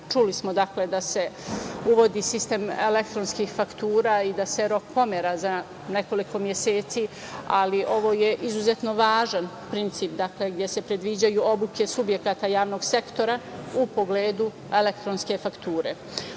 Čuli smo da se uvodi sistem elektronskih faktura i da se rok pomera za nekoliko meseci, ali ovo je izuzetno važan princip gde se predviđaju obuke subjekata javnog sektora u pogledu elektronske fakture.